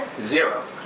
zero